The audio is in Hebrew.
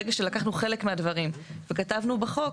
ברגע שלקחנו חלק מהדברים וכתבנו בחוק,